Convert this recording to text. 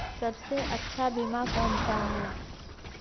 सबसे अच्छा बीमा कौन सा है?